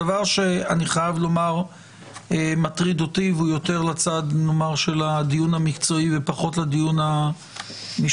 הדבר שמטריד אותי הוא יותר לצד של הדיון המקצועי ופחות לדיון המשפטי,